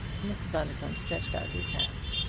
mr. bundercombe stretched out his hands.